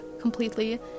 completely